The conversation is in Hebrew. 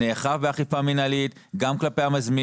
נאכף באכיפה מינהלית גם כלפי המזמין.